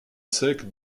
sec